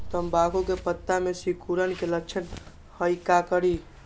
तम्बाकू के पत्ता में सिकुड़न के लक्षण हई का करी?